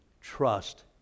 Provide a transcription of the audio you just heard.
trust